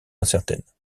incertaines